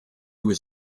was